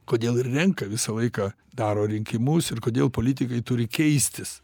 kodėl ir renka visą laiką daro rinkimus ir kodėl politikai turi keistis